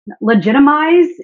legitimize